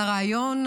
על הרעיון,